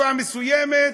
לתקופה מסוימת,